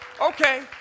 okay